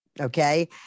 okay